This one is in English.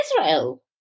Israel